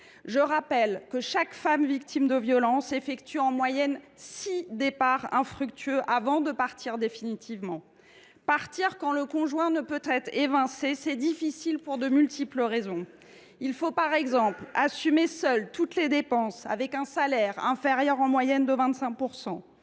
le rappelle, chaque femme victime de violences effectue en moyenne six départs infructueux avant de partir définitivement. Partir quand le conjoint ne peut être évincé est difficile pour de multiples raisons. Par exemple, il faut assumer seule toutes les dépenses avec un salaire inférieur en moyenne de 25